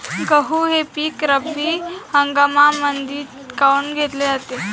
गहू हे पिक रब्बी हंगामामंदीच काऊन घेतले जाते?